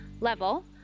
level